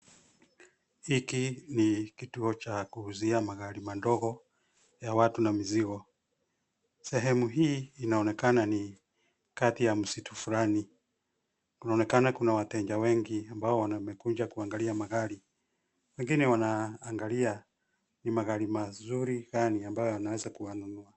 Hiki ni kituo cha kuuzia magari madogo ya watu na mizigo. sehemu hii inaonekana ni kati ya msitu fulani. Kunaonekana kuna wateja wengi ambao wamekuja kuangalia magari, wengine wana angalia ni magari mazuri gani ambayo yanaweza kuwanunua.